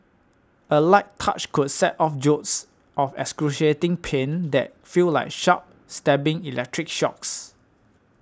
a light touch could set off jolts of excruciating pain that feel like sharp stabbing electric shocks